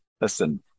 listen